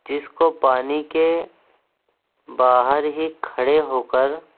جس کو پانی کے باہر ہی کھڑے ہو کر